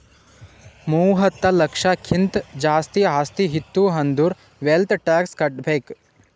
ಮೂವತ್ತ ಲಕ್ಷಕ್ಕಿಂತ್ ಜಾಸ್ತಿ ಆಸ್ತಿ ಇತ್ತು ಅಂದುರ್ ವೆಲ್ತ್ ಟ್ಯಾಕ್ಸ್ ಕಟ್ಬೇಕ್